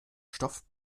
stoff